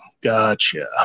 Gotcha